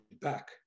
back